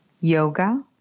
yoga